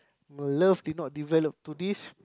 my love did not develop to this